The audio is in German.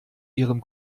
ihrem